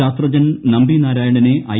ശാസ്ത്രജ്ഞൻ നമ്പി നാരായണനെ ഐ